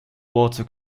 water